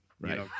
right